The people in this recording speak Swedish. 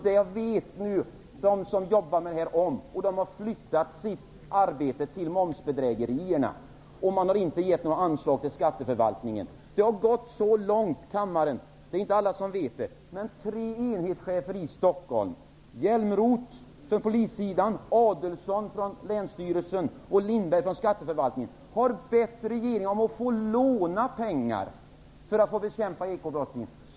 Det vet de som jobbar med detta om, och de har flyttat sin verksamhet till momsbedrägerierna. Det har alltså inte getts några nya anslag till skatteförvaltningen. Det har gått så långt, kammarledamöter, vilket inte alla vet, att tre enhetschefer i Stockholm -- Hjälmroth på polissidan, Adelsohn på länsstyrelsen och Lindberg på skatteförvaltningen -- har bett regeringen att få låna pengar för att få bekämpa brottsligheten.